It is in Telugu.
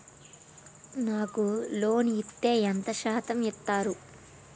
నాకు లోన్ ఇత్తే ఎంత శాతం ఇత్తరు?